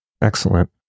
Excellent